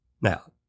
Now